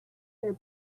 their